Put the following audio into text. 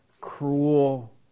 cruel